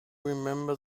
remember